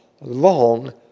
long